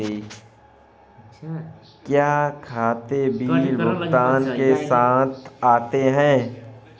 क्या खाते बिल भुगतान के साथ आते हैं?